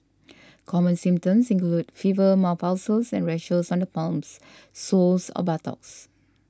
common symptoms include fever mouth ulcers and on the palms soles or buttocks